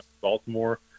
Baltimore